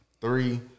Three